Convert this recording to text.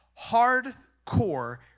hardcore